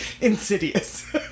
Insidious